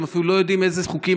הם אפילו לא יודעים איזה חוקים,